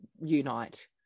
unite